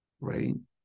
Rain